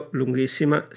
lunghissima